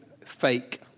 fake